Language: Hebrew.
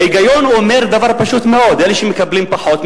ההיגיון אומר דבר פשוט מאוד: אלה שמקבלים פחות,